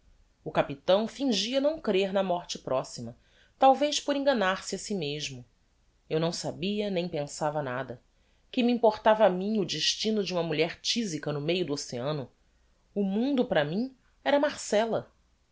o capitão fingia não crer na morte proxima talvez por enganar-se a si mesmo eu não sabia nem pensava nada que me importava a mim o destino de uma mulher tisica no meio do oceano o mundo para mim era marcella